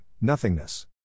Nothingness